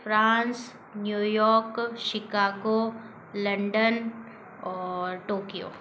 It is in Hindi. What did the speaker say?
France New York Chicago London और टोक्यो